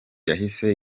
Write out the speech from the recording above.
yahise